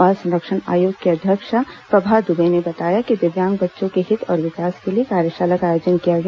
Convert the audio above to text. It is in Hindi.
बाल संरक्षण आयोग की अध्यक्ष प्रभा द्बे ने बताया कि दिव्यांग बच्चों के हित और विकास के लिए कार्यशाला का आयोजन किया गया